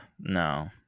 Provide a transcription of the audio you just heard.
no